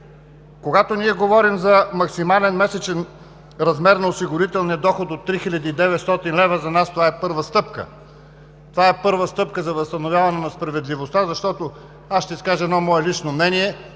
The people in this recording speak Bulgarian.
Когато ние говорим за максимален месечен размер на осигурителния доход от 3900 лв., за нас това е първа стъпка за възстановяване на справедливостта. Ще изкажа едно мое лично мнение: